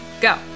go